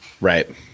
Right